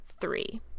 three